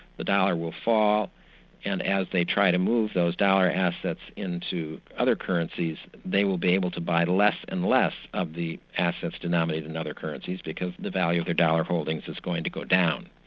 the dollar will fall and as they try to move those dollar assets into other currencies, they will be able to buy less and less of the assets denominated in and other currencies, because the value of their dollar holdings is going to go down.